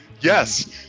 yes